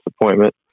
disappointment